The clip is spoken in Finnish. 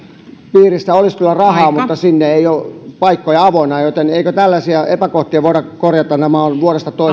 piirissä olisi kyllä rahaa mutta siellä ei ole paikkoja avoinna joten eikö tällaisia epäkohtia voida korjata nämä ovat vuodesta